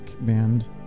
band